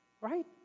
right